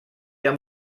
amb